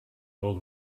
old